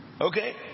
okay